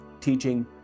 teaching